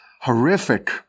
horrific